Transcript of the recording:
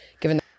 Given